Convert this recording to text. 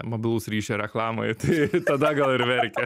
mobilaus ryšio reklamoje tai tada gal ir verkia